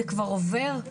זה כבר עובר,